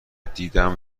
دیدم